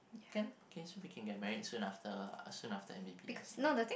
can okay so we can get married soon after soon after M_B_B_S lah